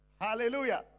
Hallelujah